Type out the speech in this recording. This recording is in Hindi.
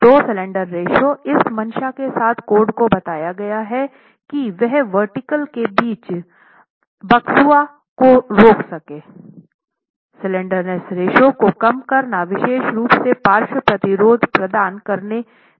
तो स्लैंडरनेस रेश्यो इस मंशा के साथ कोड में बताया गया है कि वहवर्टिकल के नीचे बकसुआ को रोक सके स्लैंडरनेस रेश्यो को कम करना विशेष रूप से पार्श्व प्रतिरोध प्रदान करने में भी सहायक होता है